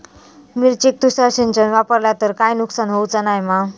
मिरचेक तुषार सिंचन वापरला तर काय नुकसान होऊचा नाय मा?